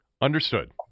Understood